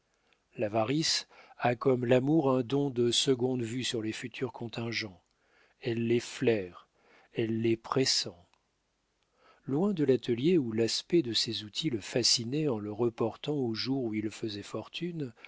l'avarice a comme l'amour un don de seconde vue sur les futurs contingents elle les flaire elle les presse loin de l'atelier où l'aspect de ses outils le fascinait en le reportant aux jours où il faisait fortune